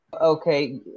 Okay